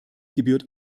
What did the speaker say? gebührt